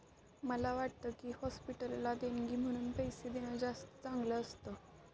मला वाटतं की, हॉस्पिटलला देणगी म्हणून पैसे देणं जास्त चांगलं असतं